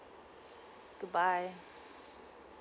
goodbye